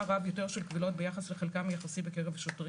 רב יותר של קבילות ביחס לחלקם היחסי בקרב השוטרים.